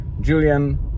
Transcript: julian